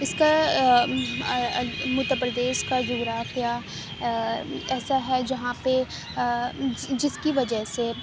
اس کا اتر پردیش کا جغرافیہ ایسا ہے جہاں پہ جس کی وجہ سے